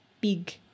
big